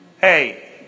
Hey